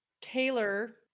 Taylor